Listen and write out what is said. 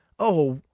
o,